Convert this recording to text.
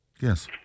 Yes